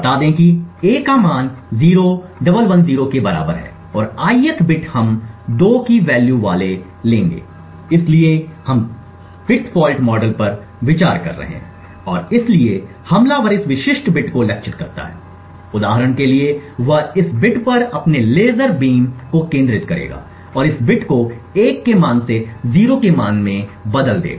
बता दें कि a का मान 0110 के बराबर है और ith बिट हम 2 की वैल्यू वाले होंगे इसलिए हम बिट फॉल्ट मॉडल पर विचार कर रहे हैं और इसलिए हमलावर इस विशिष्ट बिट को लक्षित करता है उदाहरण के लिए वह इस बिट पर अपने लेजर बीम को केंद्रित करेगा और इस बिट को 1 के मान से 0 के मान से बदल देगा